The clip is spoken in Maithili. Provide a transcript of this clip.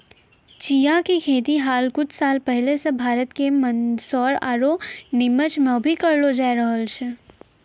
चिया के खेती हाल कुछ साल पहले सॅ भारत के मंदसौर आरो निमच मॅ भी करलो जाय रहलो छै